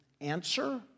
answer